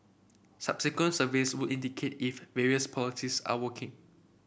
subsequent surveys would indicate if various polities are working